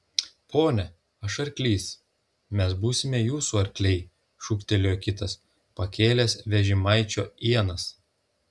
pone aš arklys mes būsime jūsų arkliai šūktelėjo kitas pakėlęs vežimaičio ienas